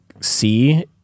see